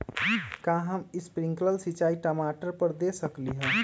का हम स्प्रिंकल सिंचाई टमाटर पर दे सकली ह?